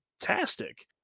fantastic